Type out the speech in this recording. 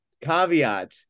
Caveat